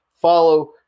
follow